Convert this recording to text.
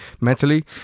mentally